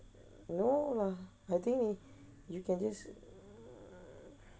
no lah I think you can just